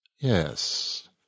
Yes